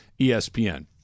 ESPN